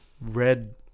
red